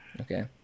Okay